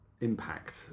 impact